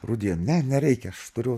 rūdija ne nereikia aš turiu